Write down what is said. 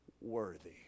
worthy